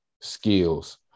Skills